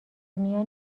میان